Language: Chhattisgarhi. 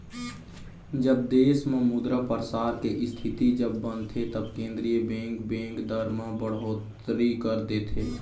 जब देश म मुद्रा परसार के इस्थिति जब बनथे तब केंद्रीय बेंक, बेंक दर म बड़होत्तरी कर देथे